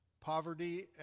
Poverty